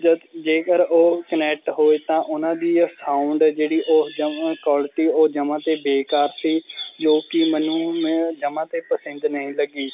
ਜਦ ਜੇਕਰ ਉਹ ਕਨੈਕਟ ਹੋਏ ਤਾਂ ਉਹਨਾਂ ਦੀ ਸਾਊਂਡ ਜਿਹੜੀ ਉਹ ਜਮ੍ਹਾਂ ਕੋਐਲਟੀ ਉਹ ਜਮ੍ਹਾਂ ਤੇ ਬੇਕਾਰ ਸੀ ਜੋ ਕਿ ਮੈਨੂੰ ਮੈਂ ਜਮ੍ਹਾਂ ਤੇ ਪਸੰਦ ਨਹੀਂ ਲੱਗੀ